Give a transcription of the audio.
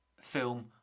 film